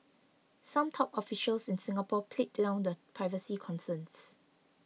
some top officials in Singapore played down the privacy concerns